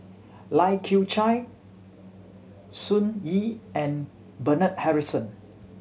Lai Kew Chai Sun Yee and Bernard Harrison